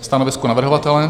Stanovisko navrhovatele?